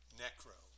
necro